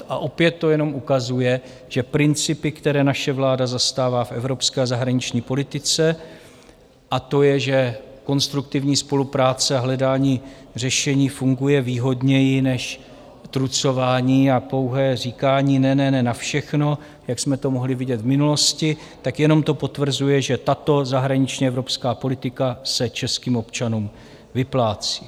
A opět to jenom ukazuje, že principy, které naše vláda zastává v evropské a zahraniční politice a to je, že konstruktivní spolupráce a hledání řešení funguje výhodněji než trucování a pouhé říkání ne, ne, ne na všechno, jak jsme to mohli vidět v minulosti , tak jenom to potvrzuje, že tato zahraniční evropská politika se českým občanům vyplácí.